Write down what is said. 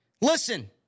listen